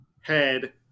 head